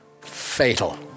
fatal